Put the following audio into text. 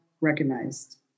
recognized